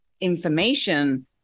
information